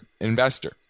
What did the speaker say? investor